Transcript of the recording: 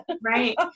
Right